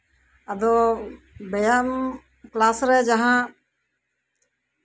ᱟᱫᱚ ᱵᱮᱭᱟᱢ ᱠᱞᱟᱥ ᱨᱮ ᱡᱟᱦᱟᱸ